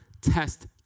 Test